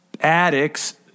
addicts